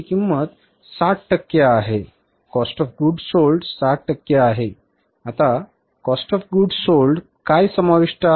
आता सीओजीएसमध्ये काय समाविष्ट आहे